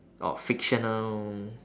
or fictional